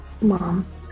mom